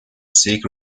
seek